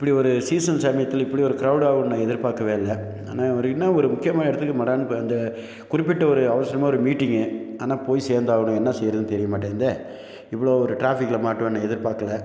இப்படி ஒரு சீசன் சமயத்தில் இப்படி ஒரு க்ரௌடு ஆகும்ன்னு நான் எதிர்பார்க்கவே இல்லை அண்ணா ஒரு இன்னும் ஒரு முக்கியமான இடத்துக்கு மடார்னு போய் அந்த குறிப்பிட்ட ஒரு அவசரமாக ஒரு மீட்டிங்கு ஆனால் போய் சேர்ந்து ஆகணும் என்ன செய்கிறதுனு தெரிய மாட்டேங்குதே இவ்வளோ ஒரு டிராஃபிக்கில் மாட்டுவேன்னு எதிர்பார்க்கல